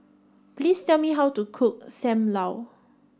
please tell me how to cook Sam Lau